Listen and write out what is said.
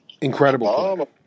incredible